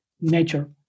nature